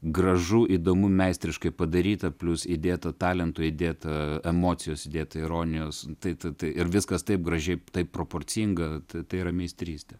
gražu įdomu meistriškai padaryta plius įdėta talento įdėta emocijos įdėta ironijos tai tai tai ir viskas taip gražiai taip proporcinga tai tai yra meistrystė